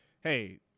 hey